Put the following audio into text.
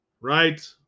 Right